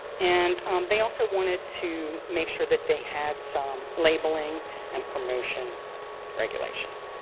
and they also wanted to make sure that they had some labeling and promotion regulations.